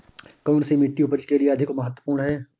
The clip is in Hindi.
कौन सी मिट्टी उपज के लिए अधिक महत्वपूर्ण है?